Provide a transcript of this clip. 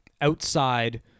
outside